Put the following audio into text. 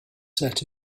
set